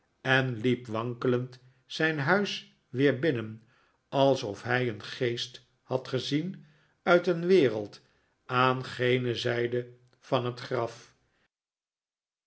en liep wankelend zijn huis weer binnen alsof hij een geest had gezien uit een wereld aan gene zijde van het graf